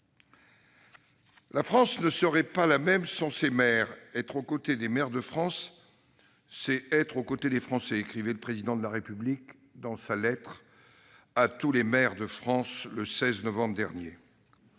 « La France ne serait pas la même sans ses maires. [...] Être aux côtés des maires de France, c'est être aux côtés des Français », écrivait le Président de la République dans sa lettre à tous les maires de France, le 16 novembre dernier.